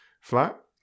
flat